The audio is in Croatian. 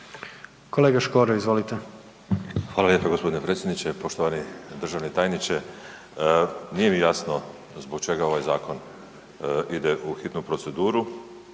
**Škoro, Miroslav (DP)** Hvala lijepo gospodine predsjedniče. Poštovani državni tajniče. Nije mi jasno zbog čega ovaj zakon ide u hitnu proceduru.